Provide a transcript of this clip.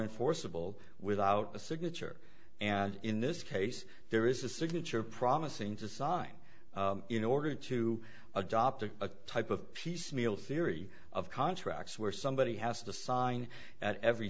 enforceable without a signature and in this case there is a signature promising to sign in order to adopt a type of piecemeal theory of contracts where somebody has to sign at every